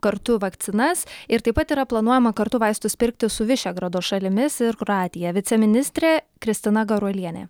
kartu vakcinas ir taip pat yra planuojama kartu vaistus pirkti su višegrado šalimis ir kroatija viceministrė kristina garuolienė